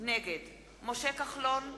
נגד משה כחלון,